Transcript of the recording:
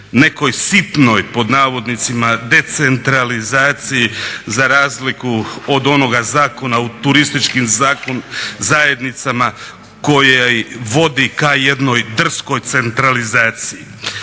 nekoj sitnoj pod navodnicima "decentralizaciji" za razliku od onoga zakona u turističkim zajednicama koji vodi ka jednoj drskoj centralizaciji.